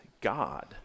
God